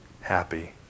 happy